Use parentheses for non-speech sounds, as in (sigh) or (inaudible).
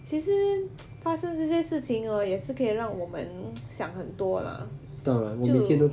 其实 (noise) 发生这些事情 hor 也是可以让我们 (noise) 想很多啦就